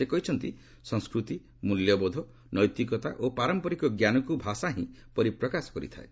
ସେ କହିଛନ୍ତି ସଂସ୍କୃତି ମୂଲ୍ୟବୋଧ ନୈତିକତା ଓ ପାରମ୍ପରିକ ଜ୍ଞାନକୁ ଭାଷା ହିଁ ପରିପ୍ରକାଶ କରିଥାଏ